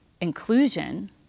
inclusion